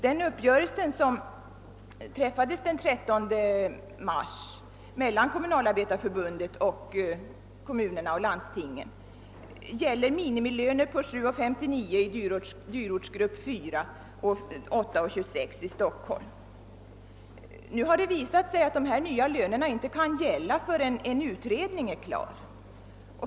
Den uppgörelse som träffades den 13 mars mellan Kommunalarbetareförbundet och kommunerna och landstingen gäller minimilöner på 7:59 i dyrortsgrupp 4 och 8:26 i Stockholm. Nu har det visat sig att de nya lönerna inte kan gälla förrän en utredning är klar.